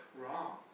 wrong